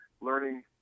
learning